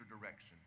direction